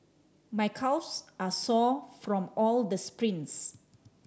my calves are sore from all the sprints